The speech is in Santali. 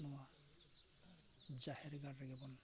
ᱱᱚᱣᱟ ᱡᱟᱦᱮᱨ ᱜᱟᱲ ᱨᱮᱜᱮ ᱵᱚᱱ